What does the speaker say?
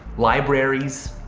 libraries,